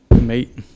Mate